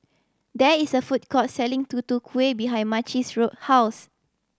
there is a food court selling Tutu Kueh behind Macey's road house